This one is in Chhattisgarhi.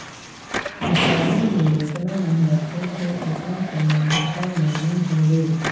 किसानी में जेतना मेहनत होथे ओतना कोनों बूता में नई होवे